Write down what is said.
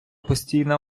постійна